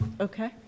Okay